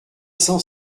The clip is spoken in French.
cent